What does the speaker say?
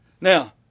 Now